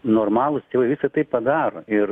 normalūs čia jau visa tai padaro ir